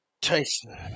Tyson